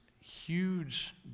huge